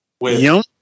yum